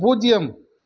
பூஜ்யம்